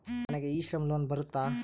ನನಗೆ e Shram loan ಬರುತ್ತಾ?